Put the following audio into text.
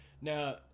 Now